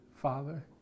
Father